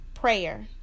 prayer